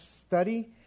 study